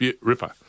Ripper